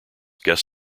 guest